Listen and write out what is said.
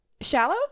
Shallow